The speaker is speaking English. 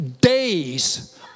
days